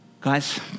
Guys